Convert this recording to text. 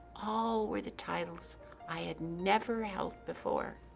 all were the titles i had never held before.